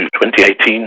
2018